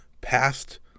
past